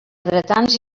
dretans